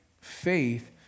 faith